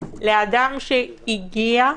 לאדם שהגיע,